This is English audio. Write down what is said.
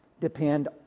depend